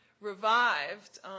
revived